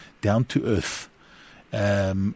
down-to-earth